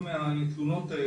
מהסיירת הירוקה,